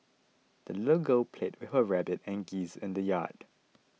the little girl played with her rabbit and geese in the yard